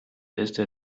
beste